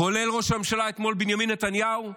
כולל ראש הממשלה בנימין נתניהו אתמול,